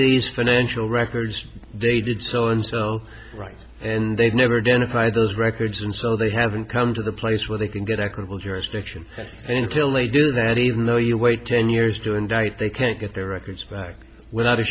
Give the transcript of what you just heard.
these financial records they did so and so right and they've never denied those records and so they haven't come to the place where they can get equitable jurisdiction and until they do that even though you wait ten years to indict they can't get their records back w